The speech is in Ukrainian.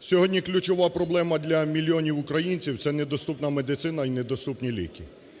Сьогодні ключова проблема для мільйонів українців – це недоступна медицина і недоступні ліки.